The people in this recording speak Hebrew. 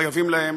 חייבים להן